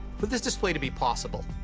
but this display to be possible,